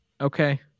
Okay